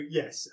yes